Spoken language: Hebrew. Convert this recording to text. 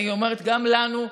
אני אומרת גם לנו,